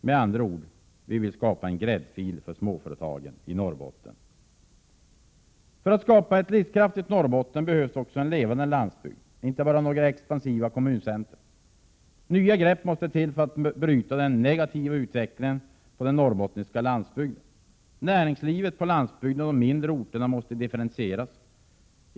Med andra ord: Vi vill skapa en ”gräddfil” för småföretagen i Norrbotten. För att skapa ett livskraftigt Norrbotten behövs också en levande landsbygd, inte bara några expansiva kommuncentra. Nya grepp måste till för att bryta den negativa utvecklingen på den Norrbottniska landsbygden. Näringslivet på landsbygden och de mindre orterna måste differentieras.